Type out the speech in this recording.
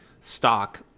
stock